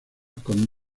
con